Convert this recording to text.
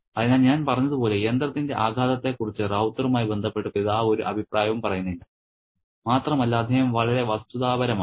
അതിനാൽ ഞാൻ പറഞ്ഞതുപോലെ യന്ത്രത്തിന്റെ ആഘാതത്തെക്കുറിച്ച് റൌത്തറുമായി ബന്ധപ്പെട്ട് പിതാവ് ഒരു അഭിപ്രായവും പറയുന്നില്ല മാത്രമല്ല അദ്ദേഹം വളരെ വസ്തുതാപരവുമാണ്